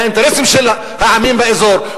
מהאינטרסים של העמים באזור,